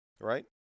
right